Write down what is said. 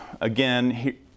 again